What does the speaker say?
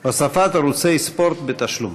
הוספת ערוצי ספורט בתשלום.